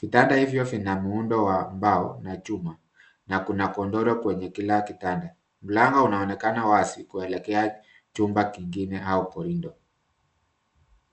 Vitanda hivyo vina muundo wa mbao na chuma na kuna godoro kwenye kila kitanda. Mlango unaonekana wazi kuelekea chumba kingine au corridor ..